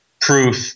proof